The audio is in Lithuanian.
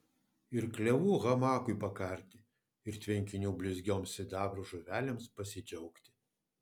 ir klevų hamakui pakarti ir tvenkinių blizgioms sidabro žuvelėms pasidžiaugti